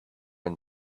and